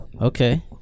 Okay